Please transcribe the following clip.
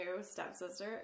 stepsister